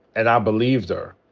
and i believed her.